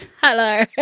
Hello